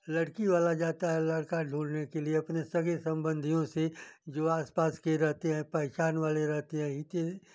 लड़की वाला जाता है लड़का ढूँढने के लिए अपने सगे संबंधियों से जो आसपास के रहते हैं पहचान वाले रहते हैं इनके